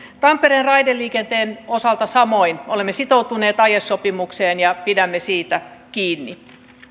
tampereen raideliikenteen osalta samoin olemme sitoutuneet aiesopimukseen ja pidämme siitä kiinni